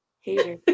Hater